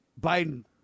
Biden